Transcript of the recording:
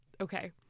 okay